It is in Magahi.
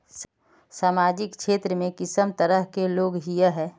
सामाजिक क्षेत्र में किस तरह के लोग हिये है?